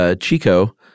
Chico